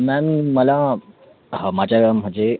ma'am मला माझ्या म्हणजे